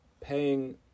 paying